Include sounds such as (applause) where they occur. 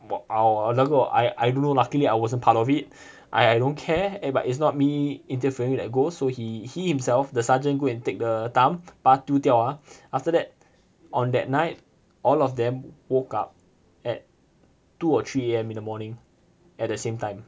what our (noise) I I don't know luckily I wasn't part of it I I don't care eh but it's not me interfering with that ghost so he he himself the sergeant go and take the thumb 把它丢掉 ah after that on that night all of them woke up at two or three A_M in the morning at the same time